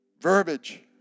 verbiage